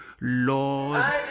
lord